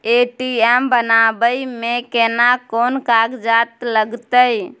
ATM बनाबै मे केना कोन कागजात लागतै?